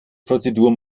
prozedur